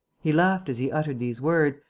he laughed as he uttered these words,